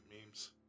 memes